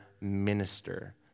minister